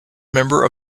member